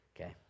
okay